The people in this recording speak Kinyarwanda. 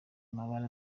amabara